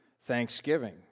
thanksgiving